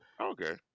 Okay